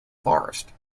forest